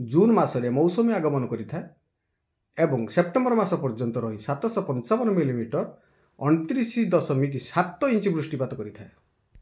ଜୁନ ମାସରେ ମୌସୁମୀ ଆଗମନ କରିଥାଏ ଏବଂ ସେପ୍ଟେମ୍ବର ମାସ ପର୍ଯ୍ୟନ୍ତ ରହି ସାତ ଶହ ପାଞ୍ଚବନ ମିଲିଲିଟର ଅଣତିରିଶ ଦଶମିକ ସାତ ଇଞ୍ଚ ବୃଷ୍ଟିପାତ କରିଥାଏ